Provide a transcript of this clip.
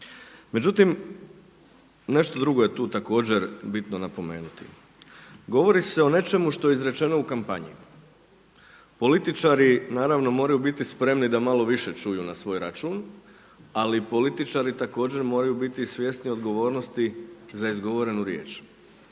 Međutim, nešto drugo je tu također bitno napomenuti. Govori se o nečemu što je izrečeno u kampanji, političari naravno moraju biti spremni da malo više čuju na svoj račun, ali političari također moraju biti svjesni odgovornosti za izgovorenu riječ.